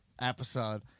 episode